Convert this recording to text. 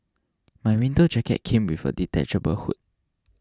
my winter jacket came with a detachable hood